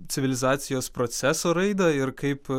civilizacijos proceso raidą ir kaip